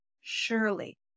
Surely